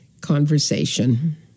conversation